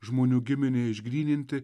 žmonių giminei išgryninti